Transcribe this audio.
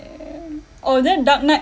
eh oh then dark knight